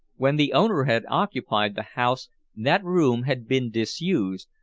when the owner had occupied the house that room had been disused,